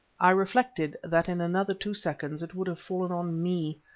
i reflected that in another two seconds it would have fallen on me.